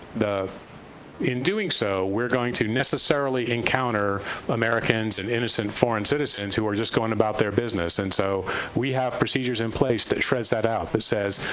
in doing so, we're going to necessarily encounter americans and innocent foreign citizens who are just going about their business, and so we have procedures in place that shreds that out, that says,